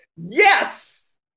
Yes